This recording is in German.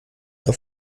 auf